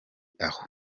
aho